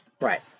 Right